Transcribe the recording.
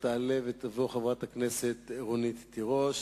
תעלה ותבוא חברת הכנסת רונית תירוש,